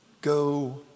go